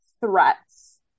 threats